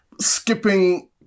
skipping